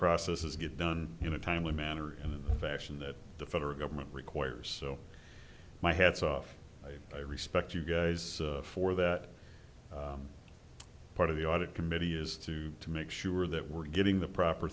processes get done in a timely manner and fashion that the federal government requires so my hats off i respect you guys for that part of the audit committee is to to make sure that we're getting the proper